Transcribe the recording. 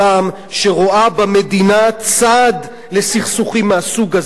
שרואה במדינה צד לסכסוכים מהסוג הזה.